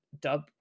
dub